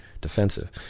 defensive